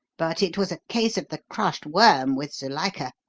but it was a case of the crushed worm, with zuilika.